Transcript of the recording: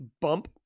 bump